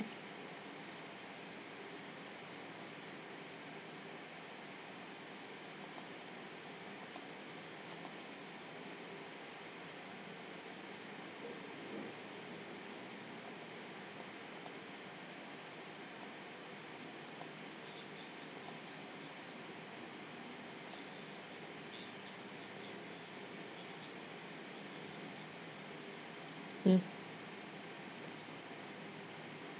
mm